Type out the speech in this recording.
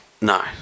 No